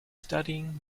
studying